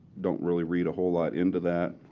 don't really read a whole lot into that.